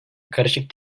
karışık